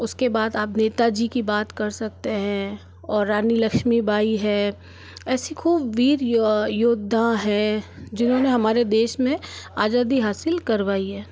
उसके बाद आप नेताजी की बात कर सकते हैं और रानी लक्ष्मीबाई है ऐसी खूब वीर योद्धा है जिन्होंने हमारे देश में आजादी हासिल करवाई है